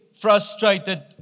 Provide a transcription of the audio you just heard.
Frustrated